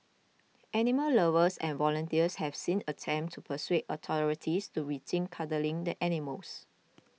animal lovers and volunteers have since attempted to persuade authorities to rethink culling the animals